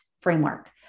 framework